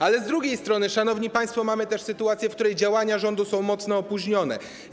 Ale z drugiej strony, szanowni państwo, mamy też sytuację, w której działania rządu są mocno opóźnione.